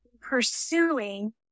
pursuing